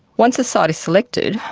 once a site is selected,